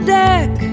deck